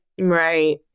Right